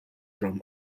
from